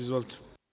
Izvolite.